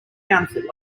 counterfeit